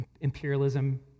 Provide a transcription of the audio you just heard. imperialism